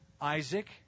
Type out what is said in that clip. Isaac